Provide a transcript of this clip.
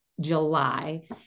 July